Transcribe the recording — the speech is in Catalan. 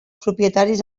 propietaris